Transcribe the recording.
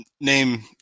name